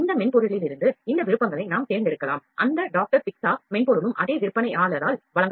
இந்த மென்பொருளிலிருந்து இந்த விருப்பங்களை நாம் தேர்ந்தெடுக்கலாம் அந்த டாக்டர் பிக்ஸா மென்பொருளும் அதே விற்பனையாளரால் வழங்கப்படும்